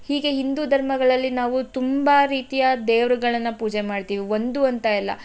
ಹೀಗೆ ಹಿಂದೂ ಧರ್ಮಗಳಲ್ಲಿ ನಾವು ತುಂಬ ರೀತಿಯ ದೇವರುಗಳನ್ನು ಪೂಜೆ ಮಾಡ್ತೀವಿ ಒಂದು ಅಂತ ಎಲ್ಲ